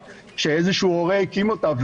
שאיזשהו הורה הקים אותה,